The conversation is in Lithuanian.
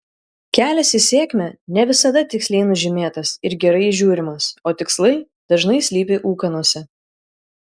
kelias į sėkmę ne visada tiksliai nužymėtas ir gerai įžiūrimas o tikslai dažnai slypi ūkanose